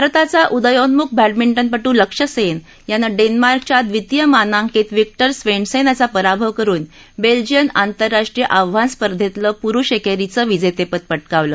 भारताचा उदयोन्मूख बॅडमिंटनपटू लक्ष्य सेन याने डेन्मार्कच्या द्वितीय मानांकित व्हिक्टर स्वेंडसेन याचा पराभव करुन बेल्जियन आंतरराष्ट्रीय आव्हान स्पर्धेतलं पुरुष एकेरीचं विजेतेपद पटकावलं